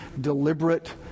deliberate